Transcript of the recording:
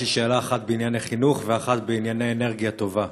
יש לי שאלה אחת בענייני חינוך ואחת בענייני אנרגיה טובה.